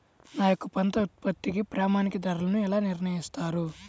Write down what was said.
మా యొక్క పంట ఉత్పత్తికి ప్రామాణిక ధరలను ఎలా నిర్ణయిస్తారు?